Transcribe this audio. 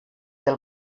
del